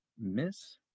miss